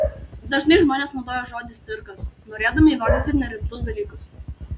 dažnai žmonės naudoja žodį cirkas norėdami įvardyti nerimtus dalykus